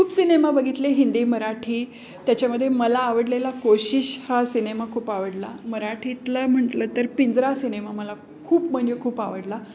खूप सिनेमा बघितले हिंदी मराठी त्याच्यामध्ये मला आवडलेला कोशिश हा सिनेमा खूप आवडला मराठीतलं म्हटलं तर पिंजरा सिनेमा मला खूप म्हणजे खूप आवडला